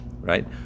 right